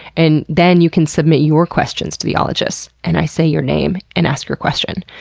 and then you can submit your questions to the ologists. and i say your name and ask your question.